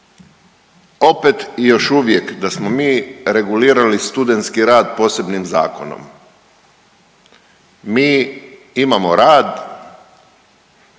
opet i još uvijek da smo mi regulirali studentski rad posebnim zakonom. Mi imamo rad,